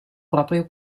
proprio